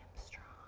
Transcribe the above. strong.